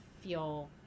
feel